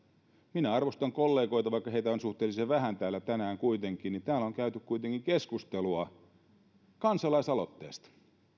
minä arvostan kollegoita ja vaikka heitä on suhteellisen vähän täällä tänään niin täällä on käyty kuitenkin keskustelua kansalaisaloitteesta